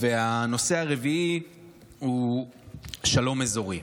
הנושא הרביעי הוא שלום אזורי.